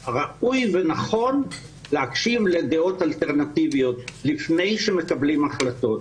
ואז ראוי ונכון להקשיב לדעות אלטרנטיביות לפני שמקבלים החלטות.